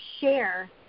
share